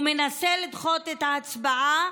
הוא מנסה לדחות את ההצבעה